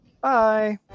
Bye